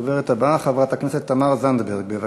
הדוברת הבאה, חברת הכנסת תמר זנדברג, בבקשה.